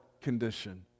condition